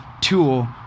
tool